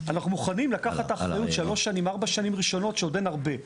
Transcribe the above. אנחנו מוכנים לקחת אחריות שלוש-ארבע שנים ראשונות שעוד אין הרבה.